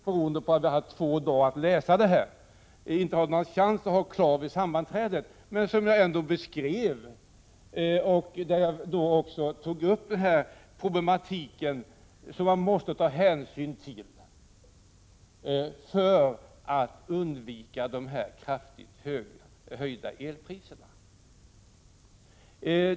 Beroende på att jag bara haft två dagar för att läsa betänkandet, hade jag den inte klar vid sammanträdet, men jag beskrev då den problematik som man måste ta hänsyn till för att undvika kraftigt höjda elpriser.